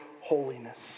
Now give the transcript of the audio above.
holiness